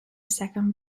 second